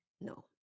no